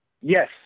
Yes